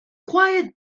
quiet